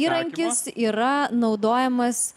įrankis yra naudojamas